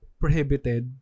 prohibited